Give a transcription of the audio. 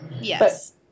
Yes